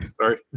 Sorry